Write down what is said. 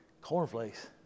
Cornflakes